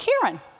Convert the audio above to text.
Karen